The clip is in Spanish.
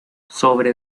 sobre